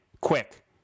Quick